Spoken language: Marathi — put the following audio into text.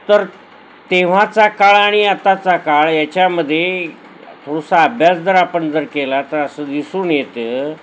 तर तेव्हाचा काळ आणि आताचा काळ याच्यामध्ये थोडासा अभ्यास जर आपण जर केला तर असं दिसून येतं